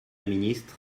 ministre